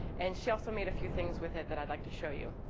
and she also made a few things with it that i'd like to show you.